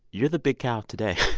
you're the big cow today.